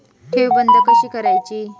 ठेव बंद कशी करायची?